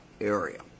area